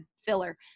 filler